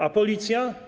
A Policja?